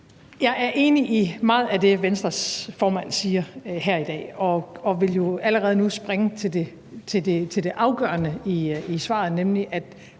Jeg er enig i meget af det, Venstres formand siger her i dag, og vil jo allerede nu springe til det afgørende i svaret, nemlig at